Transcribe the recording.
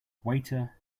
waiter